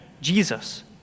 Jesus